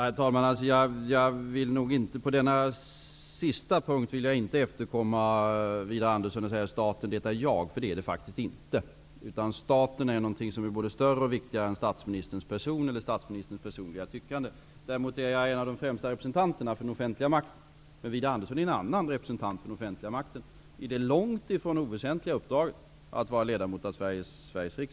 Herr talman! Jag vill nog inte efterkomma Widar Andersson på denna sista punkt och säga ''staten, det är jag'', för så är det faktiskt inte. Staten är någonting som är både större och viktigare än statsministerns person eller statsministerns personliga tyckande. Däremot är jag en av de främsta representanterna för den offentliga makten. Men Widar Andersson är en annan representant för den offentliga makten i det långt ifrån oväsentliga uppdraget att vara ledamot av Sveriges riksdag.